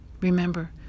Remember